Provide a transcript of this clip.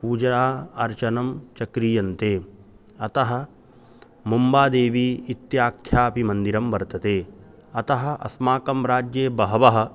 पूजा अर्चनं च क्रियन्ते अतः मुम्बादेवी इत्याख्यापि मन्दिरं वर्तते अतः अस्माकं राज्ये बहवः